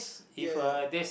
ya